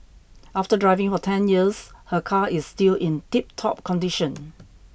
after driving for ten years her car is still in tiptop condition